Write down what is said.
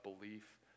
belief